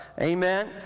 Amen